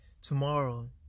tomorrow